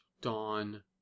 Dawn